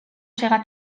sega